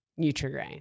NutriGrain